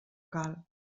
cal